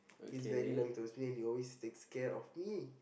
he's very loving towards me and he always takes care of me